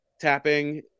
tapping